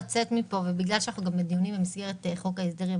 ובגלל שאנחנו גם בדיונים במסגרת חוק ההסדרים,